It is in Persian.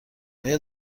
آیا